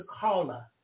caller